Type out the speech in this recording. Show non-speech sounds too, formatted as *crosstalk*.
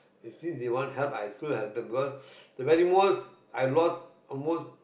since they want help I still help them because *breath* the very most I lost almost